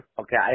Okay